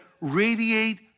radiate